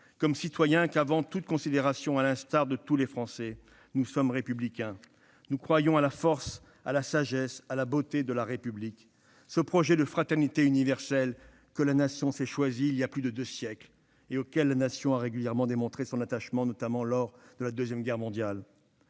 comme citoyen, qu'avant toute considération, à l'instar de tous les Français, nous sommes républicains : nous croyons à la force, à la sagesse, à la beauté de la République, ce projet de fraternité universelle que la Nation s'est choisi il y a plus de deux siècles et auquel elle a régulièrement démontré son attachement, notamment lors de la Seconde Guerre mondiale.